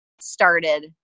started